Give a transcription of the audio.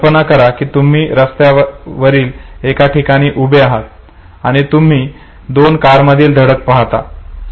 कल्पना करा की तुम्ही रस्त्यावरील एका ठिकाणी उभे आहात आणि तुम्ही दोन कारमधील धडक पाहता